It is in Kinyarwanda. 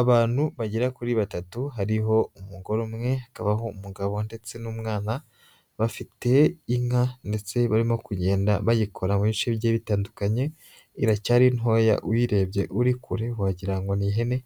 Abantu bagera kuri batatu, hariho umugore umwe, hakabaho umugabo ndetse n'umwana, bafite inka ndetse barimo kugenda bayikora mu bice bigiye bitandukanye, iracyari ntoya uyirebye uri kure wagira ngo ni ihene